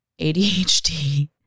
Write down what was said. ADHD